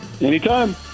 anytime